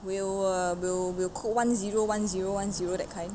will uh will will code one zero one zero one zero that kind